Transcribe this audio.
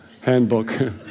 handbook